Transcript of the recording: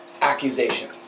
accusation